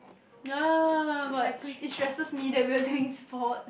no but it stresses me than bring things forward